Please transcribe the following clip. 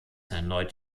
erneut